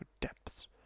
depths